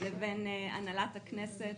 לבין הנהלת הכנסת.